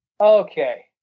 Okay